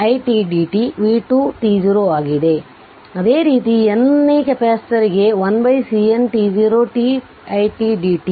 ಆದ್ದರಿಂದ ಅದೇ ರೀತಿ n ನೇ ಕೆಪಾಸಿಟರ್ಗೆ 1CN t0 t it dt t n t0